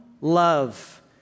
love